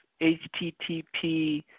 HTTP